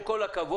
עם כל הכבוד,